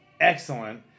excellent